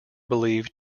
believed